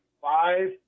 five